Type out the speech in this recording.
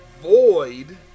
void